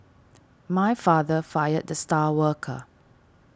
my father fired the star worker